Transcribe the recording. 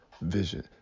vision